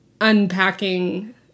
unpacking